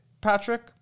Patrick